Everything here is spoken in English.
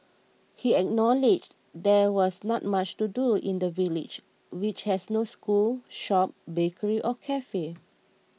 he acknowledged there was not much to do in the village which has no school shop bakery or cafe